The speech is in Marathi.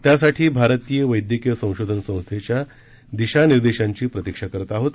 त्यासाठी भारतीय वैद्यकीय संशोधन संस्थेच्या दिशानिर्देशांची प्रतिक्षा करत आहोत